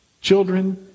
children